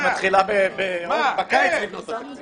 היא מתחילה בקיץ לבנות את התקציב,